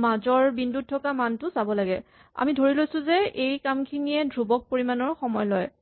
মাজৰ বিন্দুত থকা মানটো চাব লাগে আমি ধৰি লৈছো যে এই কামখিনিয়ে ধ্ৰুৱক পৰিমাণৰ সময় ল'ব